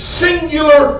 singular